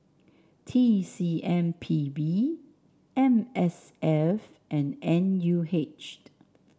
T C M P B M S F and N U H